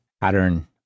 pattern